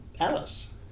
Alice